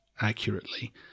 accurately